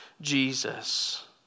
Jesus